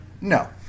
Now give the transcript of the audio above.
No